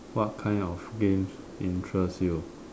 what kind of games interest you